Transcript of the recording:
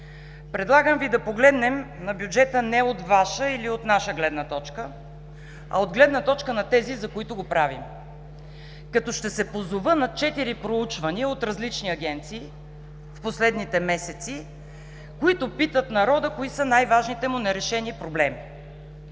Предлагам Ви да погледнем на бюджета не от Ваша, или от наша гледна точка, а от гледна точка на тези, за които го правим, като ще се позова на четири проучвания от различни агенции в последните месеци, които питат народа, кои са му най-важните нерешени проблеми